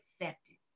acceptance